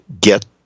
get